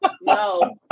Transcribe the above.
No